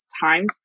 times